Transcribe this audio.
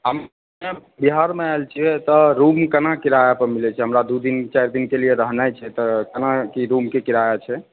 हम बिहारमे आएल छी एतऽ रूम केना किराआ पर मिलै छै हमरा दू दिन चारि दिनके लिए रहनाइ छै एतऽ केना की रुमके किराया छै